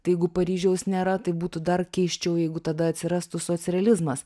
tai jeigu paryžiaus nėra tai būtų dar keisčiau jeigu tada atsirastų socrealizmas